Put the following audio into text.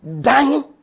dying